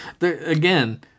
Again